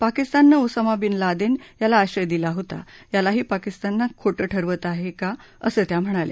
पाकिस्ताननं Osama bin Laden याला आश्रय दिला होता यालाही पाकिस्तान खोटं ठरवत आहे का असं त्या म्हणाल्या